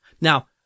now